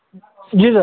जी sir